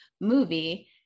movie